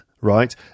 right